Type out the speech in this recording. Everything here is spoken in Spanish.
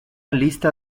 lista